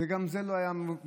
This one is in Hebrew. גם זה לא היה מובן,